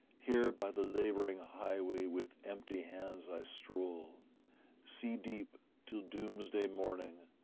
here by the labouring highway with empty hands i stroll sea-deep, till doomsday morning,